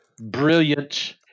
brilliant